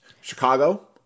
Chicago